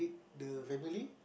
the family